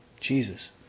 Jesus